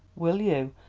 will you?